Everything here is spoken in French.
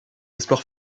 espoir